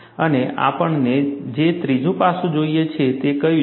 અને આપણને જે ત્રીજું પાસું જોઈએ છે તે કયું છે